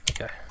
Okay